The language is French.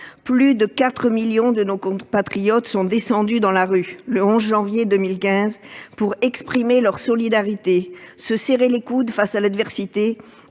plus de 4 millions de nos compatriotes sont descendus dans la rue, le 11 janvier 2015, pour exprimer leur solidarité, se serrer les coudes face à l'adversité